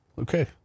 Okay